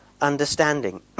understanding